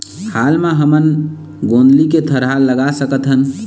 हाल मा हमन गोंदली के थरहा लगा सकतहन?